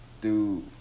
Dude